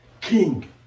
king